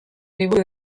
liburu